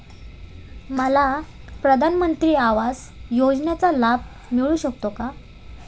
मला प्रधानमंत्री आवास योजनेचा लाभ मिळू शकतो का?